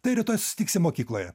tai rytoj susitiksim mokykloje